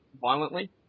violently